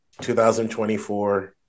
2024